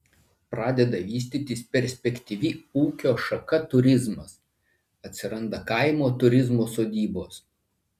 pradeda vystytis perspektyvi ūkio šaka turizmas atsiranda kaimo turizmo sodybos